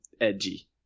edgy